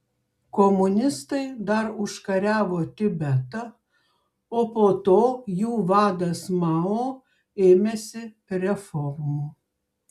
komunistai dar užkariavo tibetą o po to jų vadas mao ėmėsi reformų